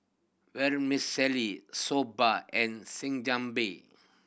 Vermicelli Soba and